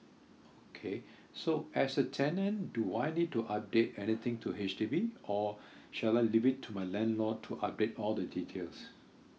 okay so as a tenant do I need to update anything to H_D_B or shall I leave it to my landlord to update all the details